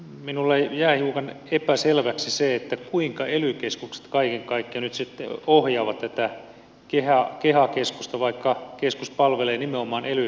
minulle jää hiukan epäselväksi se kuinka ely keskukset kaiken kaikkiaan nyt ohjaavat tätä keha keskusta vaikka keskus palvelee nimenomaan ely keskuksia